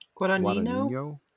Guadagnino